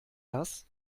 das